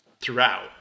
throughout